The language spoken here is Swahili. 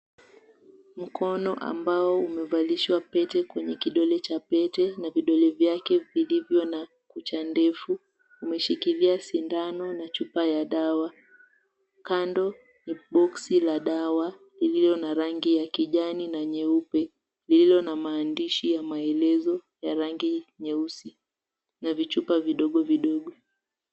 Mkono ambao umevalishwa pete kwenye kidole cha pete na vidole vyake vilivyo na kucha ndefu, umeshikilia sindano na chupa ya dawa. Kando ni boksi la dawa lililona rangi ya kijani na nyeupe lililo na maandishi ya maelezo ya rangi nyeusi na vichupa vidogo vidogo.